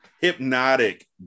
Hypnotic